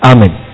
Amen